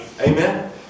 Amen